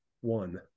one